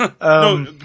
No